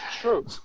True